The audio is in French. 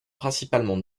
principalement